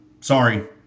Sorry